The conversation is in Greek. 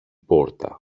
πόρτα